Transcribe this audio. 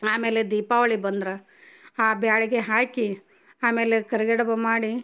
ಆಮೇಲೆ ದೀಪಾವಳಿ ಬಂದ್ರೆ ಆ ಬ್ಯಾಳೆ ಹಾಕಿ ಆಮೇಲೆ ಕರಿಗಡುಬು ಮಾಡಿ